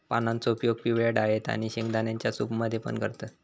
पानांचो उपयोग पिवळ्या डाळेत आणि शेंगदाण्यांच्या सूप मध्ये पण करतत